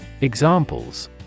Examples